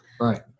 right